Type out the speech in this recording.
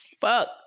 Fuck